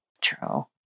True